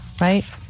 right